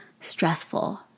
stressful